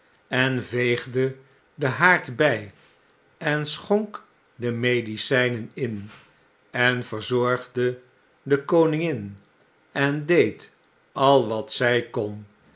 en veegde den haard by en schonk de medicynen in en verzorgde de koningin en deed ai wat zykon en